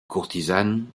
courtisane